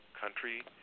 country